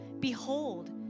Behold